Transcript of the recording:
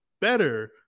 better